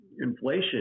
Inflation